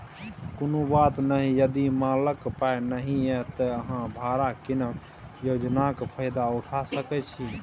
कुनु बात नहि यदि मालक पाइ नहि यै त अहाँ भाड़ा कीनब योजनाक फायदा उठा सकै छी